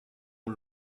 ont